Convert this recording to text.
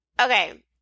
okay